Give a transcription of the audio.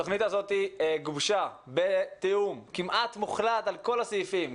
התוכנית הזאת גובשה בתיאום כמעט מוחלט על כל הסעיפים,